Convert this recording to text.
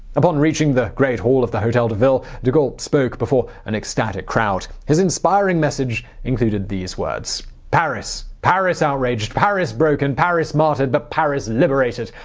upon reaching the great hall of hotel de ville, de gaulle spoke before an ecstatic crowd. his inspiring message included these words. paris! paris outraged, paris broken, paris martyred, but paris liberated!